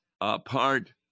apart